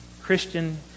Christian